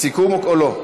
סיכום, או לא?